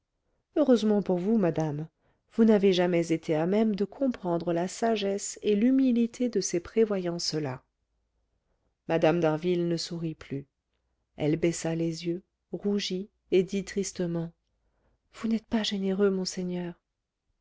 heureusement pour vous madame vous n'avez jamais été à même de comprendre la sagesse et l'humilité de ces prévoyances là mme d'harville ne sourit plus elle baissa les yeux rougit et dit tristement vous n'êtes pas généreux monseigneur